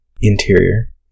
Interior